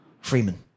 Freeman